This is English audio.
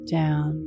down